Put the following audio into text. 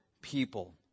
people